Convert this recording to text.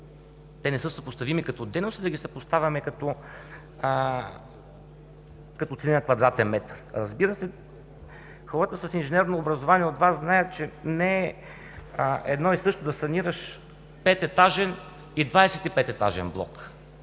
Те не са съпоставими като дейност, че да ги съпоставяме като цени на квадратен метър. Разбира се, хората с инженерно образование от Вас знаят, че не е едно и също да санираш пететажен и 25 етажен блок